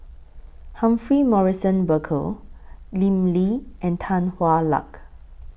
Humphrey Morrison Burkill Lim Lee and Tan Hwa Luck